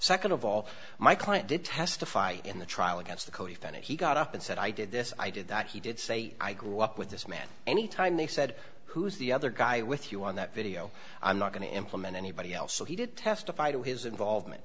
nd of all my client did testify in the trial against the codefendant he got up and said i did this i did that he did say i grew up with this man any time they said who's the other guy with you on that video i'm not going to implement anybody else so he did testify to his involvement